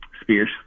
Spears